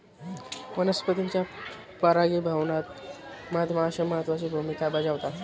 वनस्पतींच्या परागीभवनात मधमाश्या महत्त्वाची भूमिका बजावतात